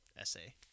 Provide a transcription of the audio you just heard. essay